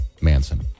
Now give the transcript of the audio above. Manson